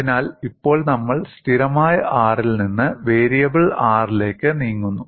അതിനാൽ ഇപ്പോൾ നമ്മൾ സ്ഥിരമായ R ൽ നിന്ന് വേരിയബിൾ R ലേക്ക് നീങ്ങുന്നു